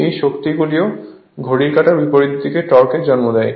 এই শক্তি গুলিও ঘড়ির কাঁটার বিপরীতে টর্কের জন্ম দেয়